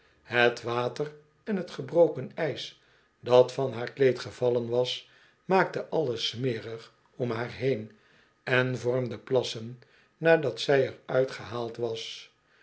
het water en t gebroken ijs dat van haar kleed gevallen was maakten alles smerig om haar heen en vormden plassen nadat zij er uit gehaald was